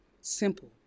Simple